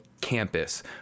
campus